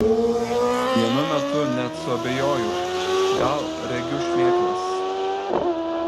vienu metu net suabejojau gal regiu šmėklas